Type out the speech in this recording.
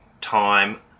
time